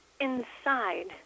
inside